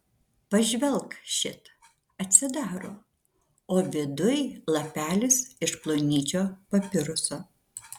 pažvelk šit atsidaro o viduj lapelis iš plonyčio papiruso